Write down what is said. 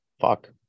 Fuck